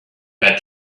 had